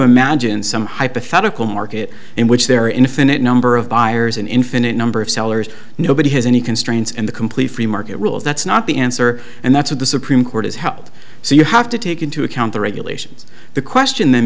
imagine some hypothetical market in which there are infinite number of buyers an infinite number of sellers nobody has any constraints and the complete free market rules that's not the answer and that's what the supreme court has held so you have to take into account the regulations the question then